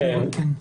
כן.